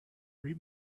read